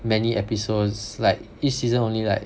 many episodes like each season only